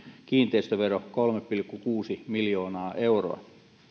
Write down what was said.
kiinteistövero kolme pilkku kuusi miljoonaa euroa